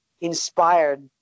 inspired